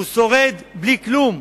הוא שורד בלי כלום,